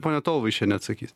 ponia tolvaišienė atsakys